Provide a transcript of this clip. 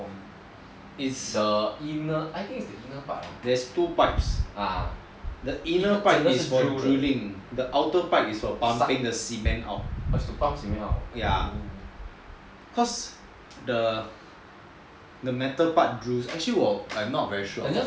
there's two pipes the inner pipe is for drilling the outer pipe is for pumping the cement out cause the metal pipe actually I not very sure about this